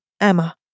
EMMA